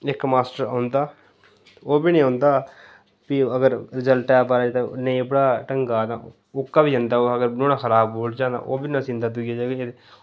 इक मास्टर औंदा ओह् बी नेईं औंदा फ्ही अगर रजैल्टै बारी नेईं पढा ढंगा दा तां ओह्का बी जंदा खराब बोलचै तां ओह् बी नस्सी जंदा दूइयै जगह